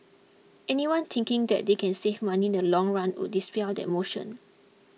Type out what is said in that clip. anyone thinking that they can save money the long run would dispel that motion